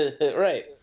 Right